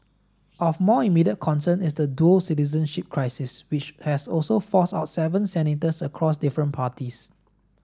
of more immediate concern is the dual citizenship crisis which has also forced out seven senators across different parties